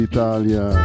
Italia